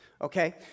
Okay